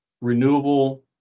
renewable